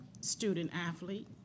student-athlete